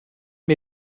mir